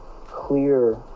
clear